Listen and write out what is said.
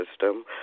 system